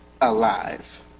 alive